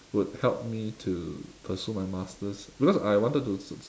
would help me to pursue my masters because I wanted to